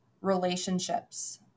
relationships